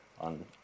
on